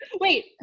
Wait